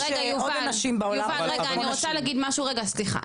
רגע אני רוצה להגיד משהו סליחה,